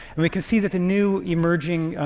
and we can see that the new, emerging,